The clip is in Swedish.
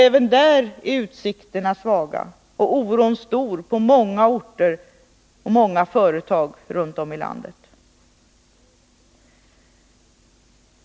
Även där är utsikterna svaga och oron stor på många orter och i många företag runt om i landet.